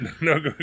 no